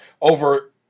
over